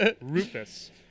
Rufus